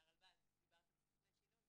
מהרלב"ד, דיברת על סוכני שינוי.